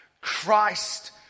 Christ